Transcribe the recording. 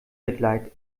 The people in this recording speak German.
mitleid